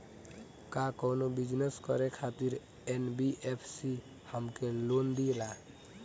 का कौनो बिजनस करे खातिर एन.बी.एफ.सी हमके लोन देला?